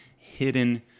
hidden